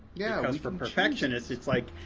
yeah because for perfectionists it's like,